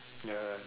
ya